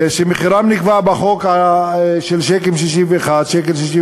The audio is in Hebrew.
שמחירם נקבע בחוק על 1.61 ש"ח,